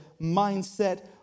mindset